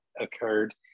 occurred